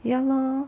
ya lor